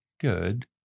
Good